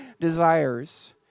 desires